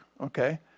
okay